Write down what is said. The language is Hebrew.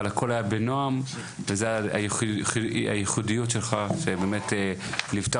אבל הכול היה בנועם וזה היה הייחודיות שלך שבאמת ליוותה